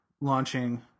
launching